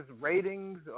ratings